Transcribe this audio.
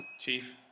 Chief